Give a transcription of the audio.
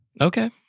Okay